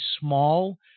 small